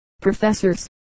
professors